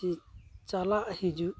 ᱪᱤᱫ ᱪᱟᱞᱟᱜ ᱦᱤᱡᱩᱜ